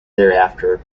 thereafter